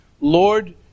Lord